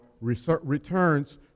returns